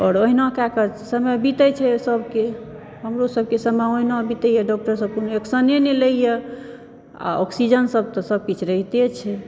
आओर ओहिना कयऽ कऽ के समय बीते छै सबके हमरो सबके समय ओहिना बीतैया डॉक्टर सब कोनो एक्शने नहि लैया आओर ऑक्सिजन सब तऽ सबकिछु रहिते छै